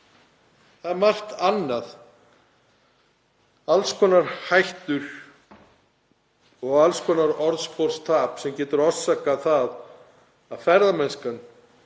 Það er margt annað, alls konar hættur og alls konar orðsporstap sem getur valdið því að ferðaþjónustan,